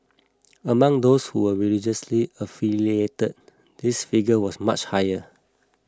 among those who were religiously affiliated this figure was much higher